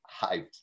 hyped